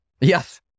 Yes